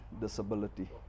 disability